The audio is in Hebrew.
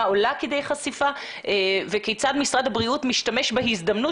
מה עולה כדי חשיפה וכיצד משרד הבריאות משתמש בהזדמנות